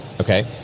Okay